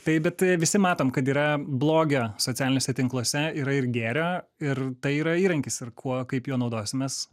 tai bet visi matom kad yra blogio socialiniuose tinkluose yra ir gėrio ir tai yra įrankis ir kuo kaip jo naudosimės